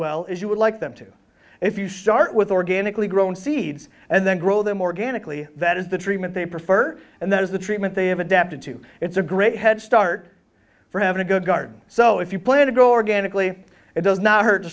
well as you would like them to if you start with organically grown seeds and then grow them organically that is the treatment they prefer and that is the treatment they have adapted to it's a great head start for having a good garden so if you plan to grow organically it does not hurt